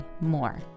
more